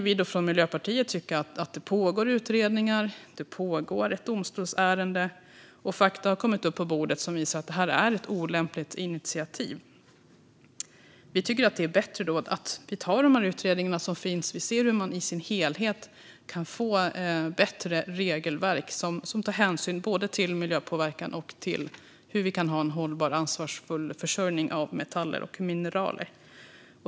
Vi från Miljöpartiet anser därför att det pågår utredningar och ett domstolsärende och att fakta har kommit upp på bordet som visar att det här är ett olämpligt initiativ. Vi tycker att det är bättre att vi tar de här utredningarna som finns och ser hur man i sin helhet kan få ett bättre regelverk som tar hänsyn både till miljöpåverkan och hur vi kan ha en hållbar, ansvarsfull försörjning av metaller och mineral.